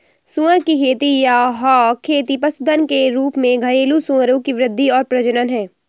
सुअर की खेती या हॉग खेती पशुधन के रूप में घरेलू सूअरों की वृद्धि और प्रजनन है